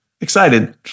excited